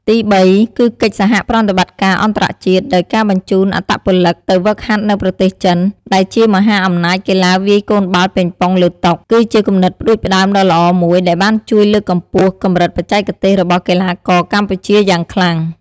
ទីបី គឺកិច្ចសហប្រតិបត្តិការអន្តរជាតិ ដោយការបញ្ជូនអត្តពលិកទៅហ្វឹកហាត់នៅប្រទេសចិន ដែលជាមហាអំណាចកីឡាវាយកូនបាល់ប៉េងប៉ុង លើតុ គឺជាគំនិតផ្តួចផ្ដើមដ៏ល្អមួយដែលបានជួយលើកកម្ពស់កម្រិតបច្ចេកទេសរបស់កីឡាករកម្ពុជាយ៉ាងខ្លាំង។